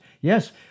Yes